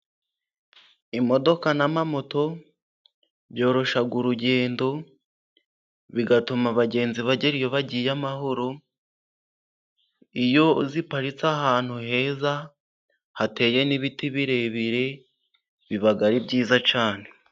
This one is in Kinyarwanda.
Imodoka n'amamoto byoroshya urugendo bigatuma abagenzi bagera iyo bagiye amahoro, iyo ziparitse ahantu heza hateye n'ibiti birebire biba ari byiza cyane.